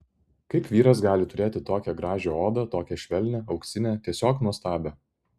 kaip vyras gali turėti tokią gražią odą tokią švelnią auksinę tiesiog nuostabią